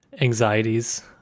anxieties